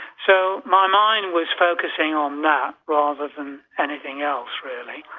so my mind was focussing on that rather than anything else really.